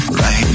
right